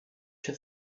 się